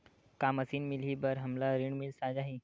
का मशीन मिलही बर हमला ऋण मिल जाही?